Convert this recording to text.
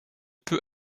peu